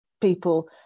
People